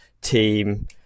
team